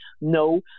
No